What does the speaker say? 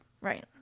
right